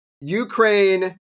Ukraine